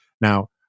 Now